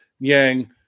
Yang